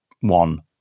one